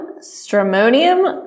stramonium